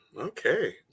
Okay